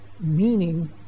meaning